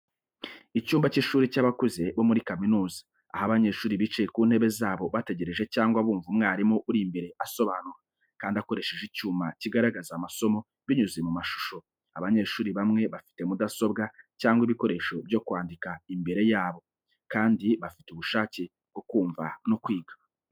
Icyumba cy’ishuri cy’abakuze bo muri kaminuza, aho abanyeshuri bicaye ku ntebe zabo bategereje cyangwa bumva umwarimu uri imbere asobanura, kandi akoresheje icyuma kigaragaza amasomo binyuze mu mashusho. Abanyeshuri bamwe bafite mudasobwa cyangwa ibikoresho byo kwandika imbere yabo, kandi bafite ubushake bwo kumva no kwiga.